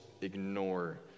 ignore